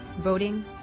voting